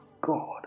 God